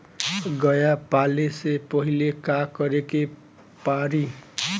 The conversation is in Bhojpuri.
गया पाले से पहिले का करे के पारी?